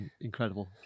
incredible